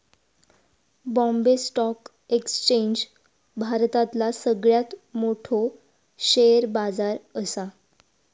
Bombay stock exchange भारतातला सगळ्यात मोठो शेअर बाजार असा